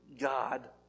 God